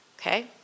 okay